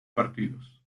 partidos